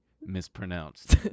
mispronounced